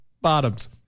Bottoms